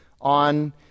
on